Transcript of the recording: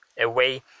away